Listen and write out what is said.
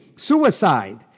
Suicide